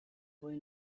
boy